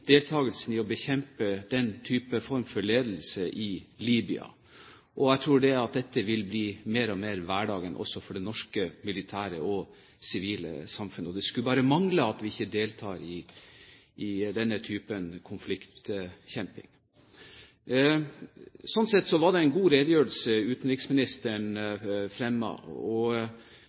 i deltakelsen av å bekjempe denne type form for ledelse i Libya, og jeg tror dette mer og mer vil bli hverdagen også for det norske militære og sivile samfunnet. Det skulle bare mangle at vi ikke deltar i denne type konfliktbekjemping. Sånn sett var det en god redegjørelse utenriksministeren